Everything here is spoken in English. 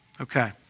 Okay